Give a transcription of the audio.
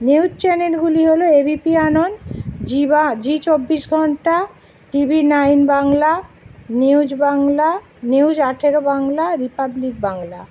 news চ্যানেলগুলি হলো ABP Ananda Zee বা জি চব্বিশ ঘণ্টা TV nine Bangla news Bangla news আঠারো বাংলা রিপাবলিক বাংলা